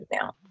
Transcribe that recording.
now